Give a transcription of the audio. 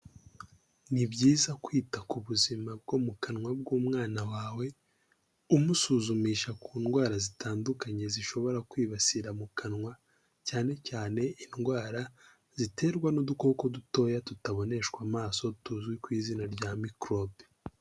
Ni byiza kwita ku buzima bwo mu kanwa bw'umwana wawe, umusuzumisha ku ndwara zitandukanye zishobora kwibasira mu kanwa, cyane cyane indwara ziterwa n'udukoko dutoya tutaboneshwa amaso, tuzwi ku izina rya mikorobe.